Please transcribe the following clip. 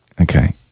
Okay